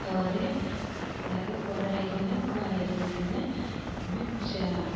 ପରେ ତାହାକେ କଡ଼ା ହେଇକିନା ଥୁଆହେଇ ସେନେ ଆମେ ଚା